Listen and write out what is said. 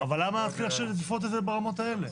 אבל למה לעשות את זה ברמות האלה?